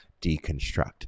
deconstruct